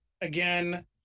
again